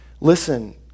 listen